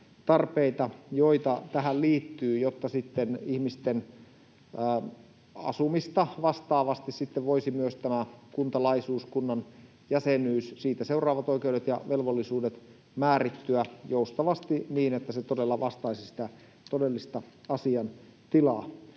joita tähän liittyy, jotta sitten ihmisten asumista vastaavasti voisi myös tämä kuntalaisuus, kunnan jäsenyys, siitä seuraavat oikeudet ja velvollisuudet, määrittyä joustavasti niin, että se todella vastaisi sitä todellista asiantilaa.